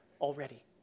already